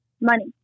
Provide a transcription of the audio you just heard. money